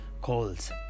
calls